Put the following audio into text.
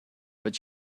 but